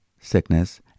sickness